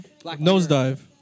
Nosedive